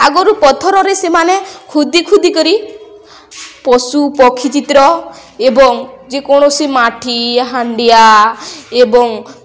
ଆଗରୁ ପଥରରେ ସେମାନେ ଖୋଦି ଖୋଦି କରି ପଶୁ ପକ୍ଷୀ ଚିତ୍ର ଏବଂ ଯେକୌଣସି ମାଟି ହାଣ୍ଡିଆ ଏବଂ